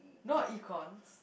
not econs